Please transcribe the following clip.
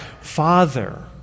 father